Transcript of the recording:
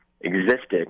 existed